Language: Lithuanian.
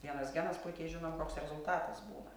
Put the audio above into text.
vienas genas puikiai žinom koks rezultatas būna